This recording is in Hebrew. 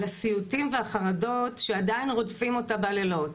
על הסיוטים והחרדות שעדיין רודפים אותה בלילות,